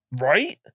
right